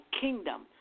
kingdom